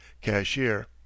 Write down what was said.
cashier